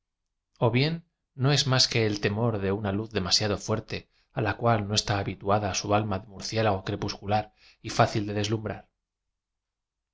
o bien no es más que el temor de una luz demasiado fuerte á la cual no está habituada su alm a de murciélago crepuscular y fácil de deslumbrar